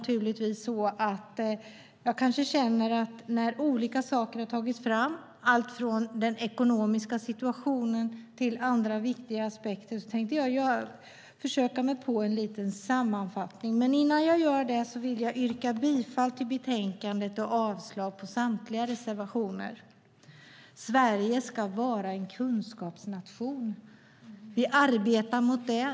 Olika saker har tagits upp i debatten, alltifrån den ekonomiska situationen till andra viktiga aspekter, och jag tänkte försöka mig på en liten sammanfattning. Men innan jag gör det vill jag yrka bifall till utskottets förslag och avslag på samtliga reservationer. Sverige ska vara en kunskapsnation. Vi arbetar för det.